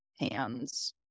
hands